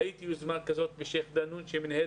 ראיתי יוזמה כזאת בשייח' דנון כשהמנהל